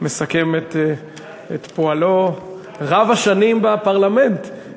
מסכם את פועלו רב-השנים בפרלמנט, כן.